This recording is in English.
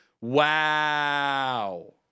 Wow